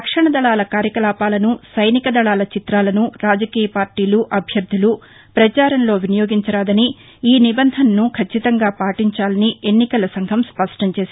రక్షణ దళాల కార్యకలాపాలను సైనిక దళాల చిత్రాలను రాజకీయ పార్టీలు అభ్యర్థులు ప్రపచారంలో వినియోగించరాదని ఈ నిబంధనను ఖచ్చితంగా పాటించాలని ఎన్నికల సంఘం స్పష్టంచేసింది